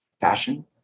fashion